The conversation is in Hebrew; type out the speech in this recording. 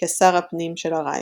כשר הפנים של הרייך”.